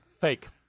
Fake